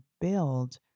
build